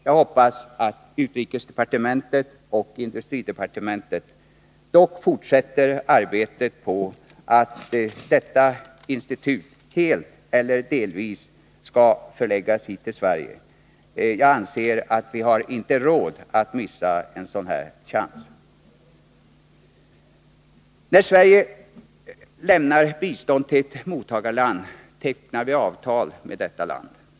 Jag hoppas att utrikesdepartementet och industridepartementet dock fortsätter arbetet på att detta institut helt eller delvis skall förläggas hit till Sverige. Jag anser att vi inte har råd att missa en sådan här chans. När Sverige lämnar bistånd till ett mottagarland, tecknar vi avtal med detta land.